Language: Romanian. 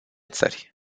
țări